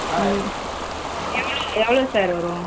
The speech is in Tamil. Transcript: ம் எவ்வளோ எவ்வளோ சார் வரும்